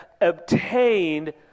obtained